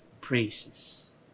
praises